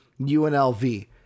UNLV